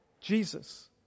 Jesus